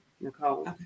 Nicole